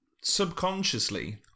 subconsciously